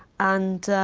and,